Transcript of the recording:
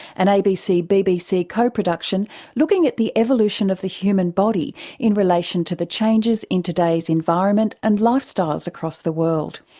an abc-bbc abc-bbc co-production looking at the evolution of the human body in relation to the changes in today's environment and lifestyles across the world.